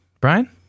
Brian